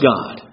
God